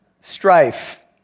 strife